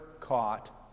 caught